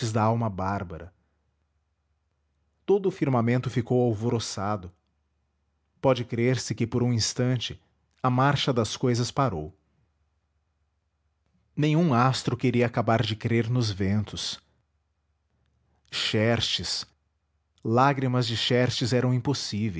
da alma bárbara todo o firmamento ficou alvoroçado pode crer-se que por um instante a marcha das cousas parou nenhum astro queria acabar de crer nos ventos xerxes lágrimas de xerxes eram impossíveis